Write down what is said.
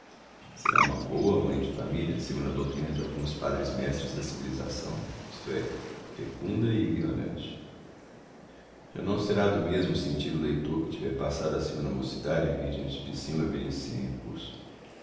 será uma boa mãe de família segundo a doutrina de alguns padresmestres da civilização isto é fecunda e ignorante já não será do mesmo sentir o leitor que tiver passado a segunda mocidade e vir diante de si uma velhice sem recurso